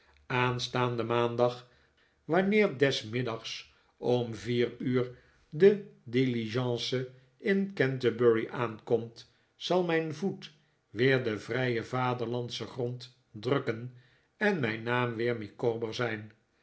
aanstaanden maandag wanneer des middags om vier uur de diligence in canterbury aankomt zal mijn voet weer den vrijen vaderlandschen grond drukken en mijn naam weer micawber zijn